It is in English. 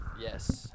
Yes